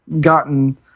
gotten –